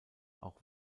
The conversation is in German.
auch